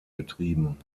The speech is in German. betrieben